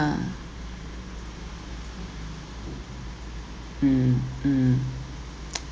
mm mm